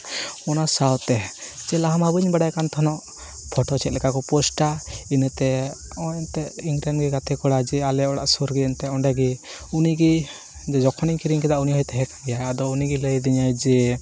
ᱚᱱᱟ ᱥᱟᱶᱛᱮ ᱪᱟᱞᱟᱣ ᱢᱟ ᱵᱟᱹᱧ ᱵᱟᱲᱟᱭ ᱠᱟᱱ ᱛᱟᱦᱮᱱᱚᱜ ᱯᱷᱚᱴᱳ ᱪᱮᱫ ᱞᱮᱠᱟ ᱠᱚ ᱯᱳᱥᱴᱟ ᱤᱱᱟᱹᱛᱮ ᱱᱚᱜᱼᱚᱭ ᱮᱱᱛᱮᱫ ᱤᱧ ᱴᱷᱮᱱ ᱜᱮ ᱜᱟᱛᱮ ᱠᱚᱲᱟ ᱡᱮ ᱟᱞᱮ ᱚᱲᱟᱜ ᱥᱩᱨ ᱨᱮᱜᱮ ᱮᱱᱛᱮᱫ ᱚᱸᱰᱮᱜᱮ ᱩᱱᱤᱜᱮ ᱡᱮ ᱡᱚᱠᱷᱚᱱᱤᱧ ᱠᱤᱨᱤᱧ ᱟᱠᱟᱫᱟ ᱩᱱᱤᱦᱚᱸᱭ ᱛᱟᱦᱮᱸᱠᱟᱱ ᱜᱮᱭᱟ ᱟᱫᱚ ᱩᱱᱤᱜᱮᱭ ᱞᱟᱹᱭᱟᱫᱤᱧᱟ ᱡᱮ